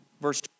Verse